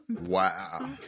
Wow